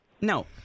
No